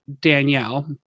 danielle